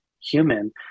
human